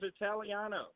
Italiano